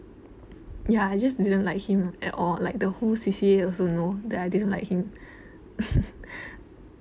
ya I just didn't like him at all like the whole C_C_A also know that I didn't like him